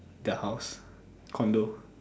the house condo